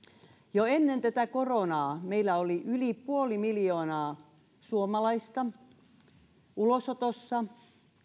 jo ennen tätä koronaa meillä oli yli puoli miljoonaa suomalaista ulosotossa